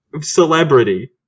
celebrity